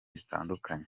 zitandukanye